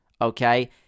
Okay